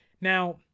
now